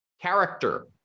character